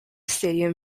stadium